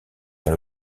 vers